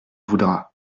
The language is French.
voudra